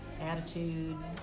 attitude